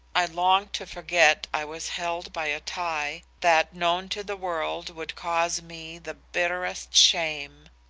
i longed to forget i was held by a tie, that known to the world would cause me the bitterest shame.